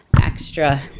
extra